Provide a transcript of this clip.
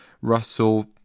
Russell